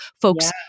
folks